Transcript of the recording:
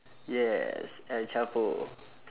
yes el chapo